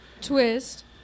Twist